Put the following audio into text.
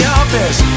office